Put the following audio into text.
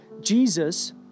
Jesus